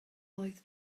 oedd